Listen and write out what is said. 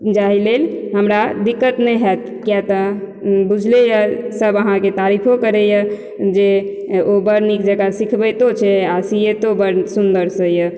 जाही लेल हमरा दिक्कत नहि हाएत किया तऽ बुझले यऽ सब अहाँके तारीफो करै यऽ जे ओ बढ़ निक जकाँ सिखबैतो छै आ सियतो बढ़ सुन्दर सँ यऽ